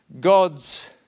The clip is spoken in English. God's